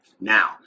Now